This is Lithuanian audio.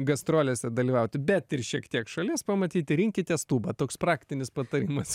gastrolėse dalyvauti bet ir šiek tiek šalies pamatyti rinkitės tūbą toks praktinis patarimas